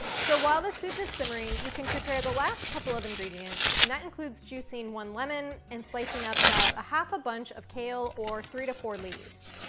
so while the soup is simmering, you can prepare the last couple of ingredients. and that includes juicing one lemon and slicing up about a half a bunch of kale or three to four leaves.